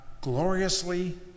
gloriously